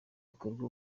bikorwa